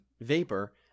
vapor